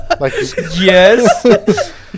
Yes